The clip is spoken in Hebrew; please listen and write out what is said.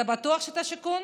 אתה בטוח שאתה שיכון?